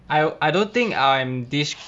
I I don't think I'm this dis~